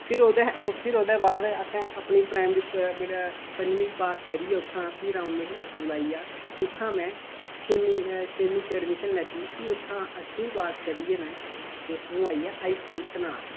फिर ओह्दे फिर ओह्दे बाद असें अपनी प्राइमरी मिड ऐ पंजमी पास करियै उत्थै फिर अ'ऊं मिडिल स्कूल आई गेआ उत्थैं में छेमीं छेमीं च अडमीशन लैती फ्ही उत्थै अठमीं पास करियै मैं ते अ'ऊं आई गेआ हाई स्कूल तनास